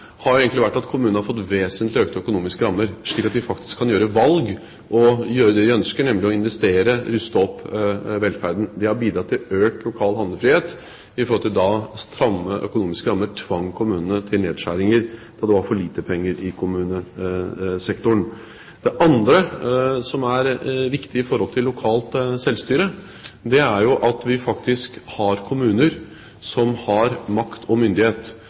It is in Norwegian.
faktisk kan gjøre valg og gjøre det de ønsker, nemlig å investere, ruste opp velferden. Det har bidratt til økt lokal handlefrihet i forhold til den gang stramme økonomiske rammer tvang kommunene til nedskjæringer og det var for lite penger i kommunesektoren. Det andre som er viktig når det gjelder lokalt selvstyre, er at vi faktisk har kommuner som har makt og myndighet.